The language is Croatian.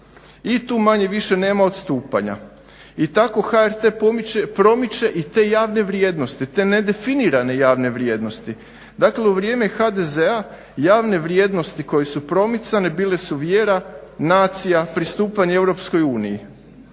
I tu manje-više nama odstupanja. I tako HRT promiče i te javne vrijednosti te nedefinirane javne vrijednosti. Dakle u vrijeme HDZ-a javne vrijednosti koje su promicane bile su vjera, nacija, pristupanje EU. A sada je